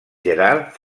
gerard